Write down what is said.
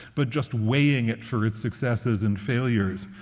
but just weighing it for its successes and failures.